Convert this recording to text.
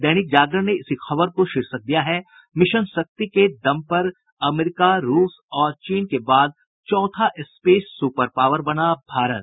दैनिक जागरण ने इसी खबर को शीर्षक दिया है मिशन शक्ति के दम पर अमेरिका रूस और चीन के बाद चौथा स्पेस सुपर पावर बना भारत